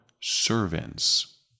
servants